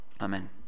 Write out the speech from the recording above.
Amen